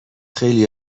خیلی